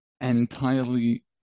entirely